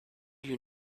you